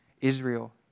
Israel